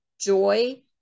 joy